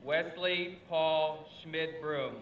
wesley paul smith bro